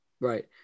Right